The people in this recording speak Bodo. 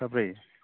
साब्रै